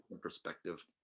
perspective